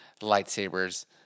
lightsabers